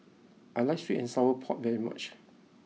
I like Sweet and Sour Pork very much